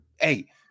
hey